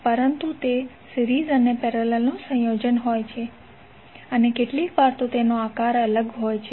પરંતુ તે સિરીઝ અને પેરેલલનું સંયોજન હોય છે અને કેટલીકવાર તેનો આકાર અલગ હોય છે